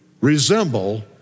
resemble